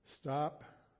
Stop